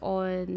on